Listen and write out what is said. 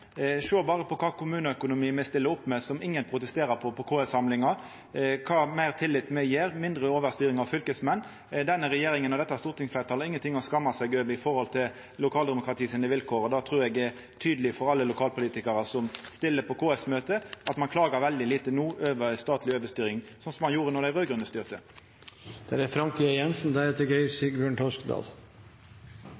Sjå berre på kva kommuneøkonomi me stiller opp med, som ingen protesterer på på KS-samlingar, tilliten me gjev, mindre overstyring av fylkesmenn. Denne regjeringa og dette stortingsfleirtalet har ingenting å skamma seg over med tanke på lokaldemokratiet sine vilkår. Det trur eg er tydeleg for alle lokalpolitikarar som stiller på KS-møte, at ein klagar veldig lite no over statleg overstyring, slik ein gjorde då dei raud-grøne styrte. La meg bare for protokollens skyld slå fast at jeg antar at det